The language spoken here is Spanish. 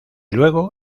luego